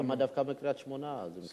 אז למה דווקא בקריית-שמונה, אדוני?